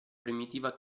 primitiva